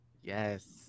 Yes